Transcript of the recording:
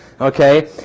Okay